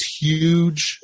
huge